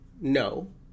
No